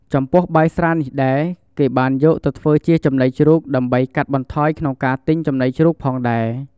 ចំពោះបាយស្រានេះដែល គេបានយកទៅធ្វើជាចំណីជ្រូក ដើម្បីកាត់បន្ថយក្នុងការទិញចំណីជ្រូកផងដែរ។